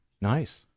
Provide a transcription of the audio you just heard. Nice